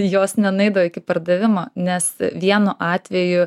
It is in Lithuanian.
jos nenueidavo iki pardavimo nes vienu atveju